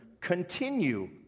continue